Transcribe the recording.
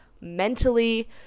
mentally